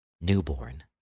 newborn